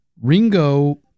Ringo